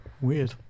Weird